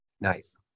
Nice